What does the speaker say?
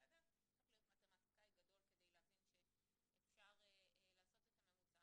לא צריך להיות מתמטיקאי גדול בשביל להבין שאפשר לעשות את הממוצע,